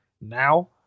now